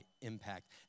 impact